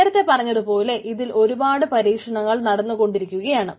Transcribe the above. നേരത്തെ പറഞ്ഞതുപോലെ ഇതിൽ ഒരുപാട് പരീക്ഷണങ്ങൾ നടന്നു കൊണ്ടിരിക്കുകയാണ്